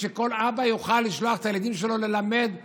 ושכל אבא יוכל לשלוח את הילדים שלו ללמוד תורה.